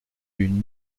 d’une